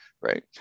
right